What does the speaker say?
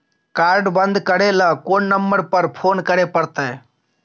Card बन्द करे ल कोन नंबर पर फोन करे परतै?